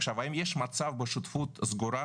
עכשיו, האם יש מצב בשותפות סגורה